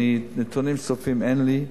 נתונים סופיים אין לי,